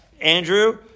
Andrew